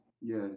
Yes